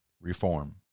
Reform